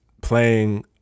playing